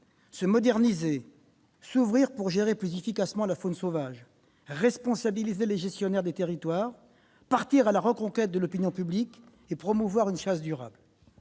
se moderniser, s'ouvrir pour gérer plus efficacement la faune sauvage, responsabiliser les gestionnaires des territoires, partir à la reconquête de l'opinion publique et promouvoir une chasse durable.